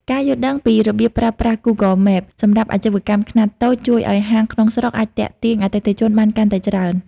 ការយល់ដឹងពីរបៀបប្រើប្រាស់ Google Maps សម្រាប់អាជីវកម្មខ្នាតតូច ជួយឱ្យហាងក្នុងស្រុកអាចទាក់ទាញអតិថិជនបានកាន់តែច្រើន។